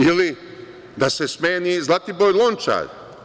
Ili, da se smeni Zlatibor Lončar.